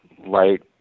light